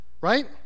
right